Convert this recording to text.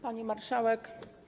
Pani Marszałek!